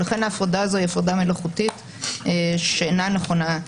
ולכן ההפרדה הזאת היא מלאכותית ואינה נכונה.